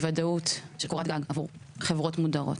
ודאות של קורת גג עבור חברות מודרות.